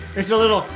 it's a little,